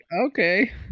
okay